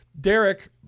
Derek